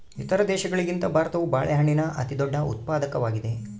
ಇತರ ದೇಶಗಳಿಗಿಂತ ಭಾರತವು ಬಾಳೆಹಣ್ಣಿನ ಅತಿದೊಡ್ಡ ಉತ್ಪಾದಕವಾಗಿದೆ